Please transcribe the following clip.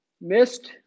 missed